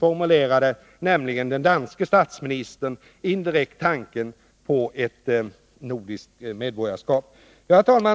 formulerade nämligen den danske statsministern indirekt tanken på ett nordiskt medborgarskap. Herr talman!